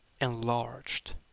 enlarged